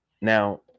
Now